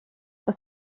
que